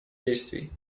действий